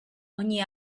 ogni